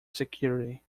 security